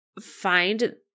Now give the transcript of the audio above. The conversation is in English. find